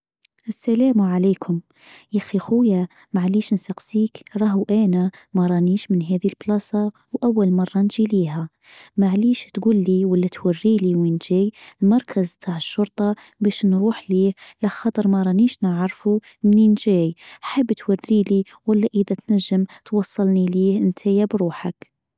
سلام عليكم يا أخ- أخويا معليش نسقسيك راهو أنا مرانيش من هذه البلاصه وأول مره نجي ليها. معليش تجولي ولا توريلي وين جاي مركز تع الشرطه بش نروح له لخاطر مرانيش نعرفه منين جاي حبب توريلي ولا اذا تنجم توصلني انت يا بروحك.